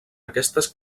aquestes